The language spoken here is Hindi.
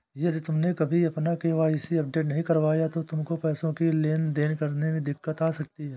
यदि तुमने अभी अपना के.वाई.सी अपडेट नहीं करवाया तो तुमको पैसों की लेन देन करने में दिक्कत आ सकती है